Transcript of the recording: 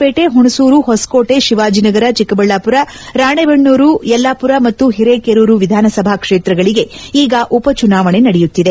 ಪೇಟೆ ಹುಣಸೂರು ಹೊಸಕೋಟೆ ಶಿವಾಜಿನಗರ ಚಿಕ್ತಬಳ್ಲಾವುರ ರಾಣೆಬೆನ್ನೂರು ಯಲ್ಲಾಪುರ ಮತ್ತು ಹಿರೇಕೆರೂರು ವಿಧಾನಸಭಾ ಕ್ಷೇತ್ರಗಳಿಗೆ ಈಗ ಉಪ ಚುನಾವಣೆ ನಡೆಯುತ್ತಿದೆ